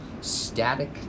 static